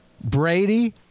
Brady